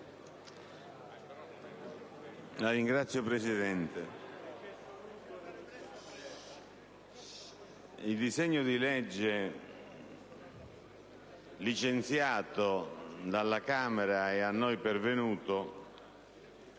Signor Presidente, il disegno di legge licenziato dalla Camera e a noi pervenuto